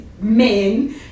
men